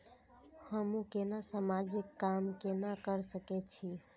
हमू केना समाजिक काम केना कर सके छी?